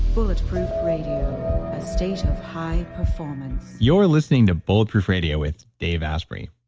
bulletproof radio, a state of high performance you're listening to bulletproof radio with dave asprey